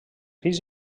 fills